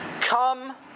Come